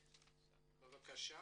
בבקשה.